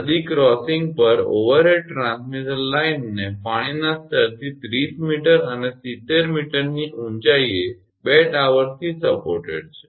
નદી ક્રોસિંગ પર overhead transmission લાઇનને પાણીના સ્તરથી 30 𝑚 અને 70 𝑚 ની ઊંચાઇએ બે ટાવર્સથી સપોર્ટેડ છે